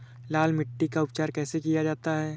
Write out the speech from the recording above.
लाल मिट्टी का उपचार कैसे किया जाता है?